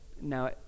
No